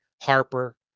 Harper